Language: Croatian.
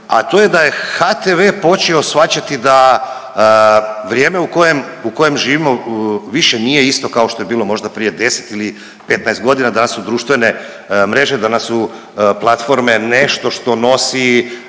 a to je da je HTV počeo shvaćati da vrijeme u kojem, u kojem živimo više nije isto kao što je bilo možda prije 10 ili 15.g., danas su društvene mreže, danas su platforme nešto što nosi,